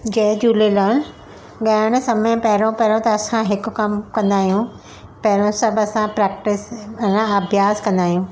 जय झूलेलाल ॻाइणु समय पहिरियों पहिरियों त असां हिकु कमु कंदा आहियूं पहिरियों सभु असां प्रेक्टिस माना अभ्यास कंदा आहियूं